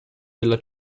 della